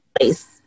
place